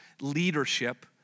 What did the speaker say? leadership